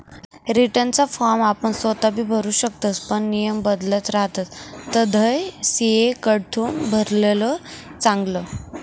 रीटर्नना फॉर्म आपण सोताबी भरु शकतस पण नियम बदलत रहातस तधय सी.ए कडथून भरेल चांगलं